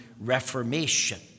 Reformation